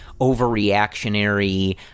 overreactionary